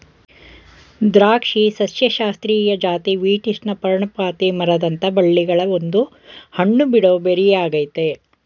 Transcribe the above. ದ್ರಾಕ್ಷಿ ಸಸ್ಯಶಾಸ್ತ್ರೀಯ ಜಾತಿ ವೀಟಿಸ್ನ ಪರ್ಣಪಾತಿ ಮರದಂಥ ಬಳ್ಳಿಗಳ ಒಂದು ಹಣ್ಣುಬಿಡೋ ಬೆರಿಯಾಗಯ್ತೆ